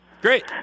Great